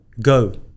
Go